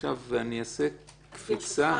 עכשיו אני אעשה קפיצה -- סליחה,